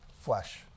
Flesh